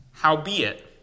Howbeit